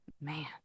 Man